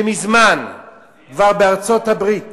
שבארצות-הברית